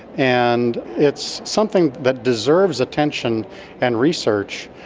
and it's something that deserves attention and research,